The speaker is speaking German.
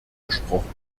gesprochen